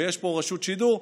ויש פה רשות שידור,